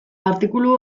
artikulu